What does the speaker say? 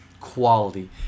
quality